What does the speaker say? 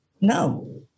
no